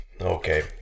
Okay